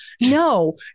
No